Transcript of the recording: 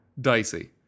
dicey